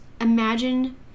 imagine